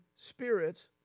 spirits